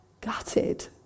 Gutted